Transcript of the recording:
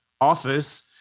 office